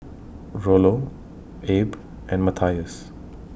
Rollo Abe and Matthias